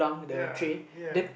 ya ya